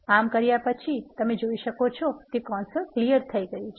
આમ કર્યા પછી તમે જોઇ શકો છો કે કન્સોલ સાફ થઇ ગયુ છે